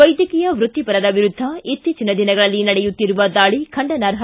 ವೈದ್ಯಕೀಯ ವ್ಯಕ್ತಿಪರರ ವಿರುದ್ದ ಇತ್ತೀಚಿನ ದಿನಗಳಲ್ಲಿ ನಡೆಯುತ್ತಿರುವ ದಾಳಿ ಖಂಡನಾರ್ಹ